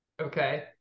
Okay